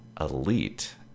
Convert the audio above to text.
elite